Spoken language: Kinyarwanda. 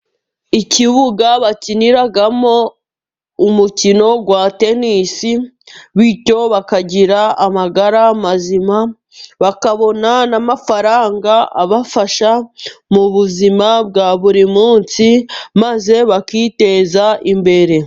Ikibuga bakiniramo, umukino wa tenisi bityo bakagira amagara mazima, bakabona n'amafaranga abafasha, mu buzima bwa buri munsi maze bakiteza imbere.